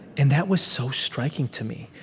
and that was so striking to me.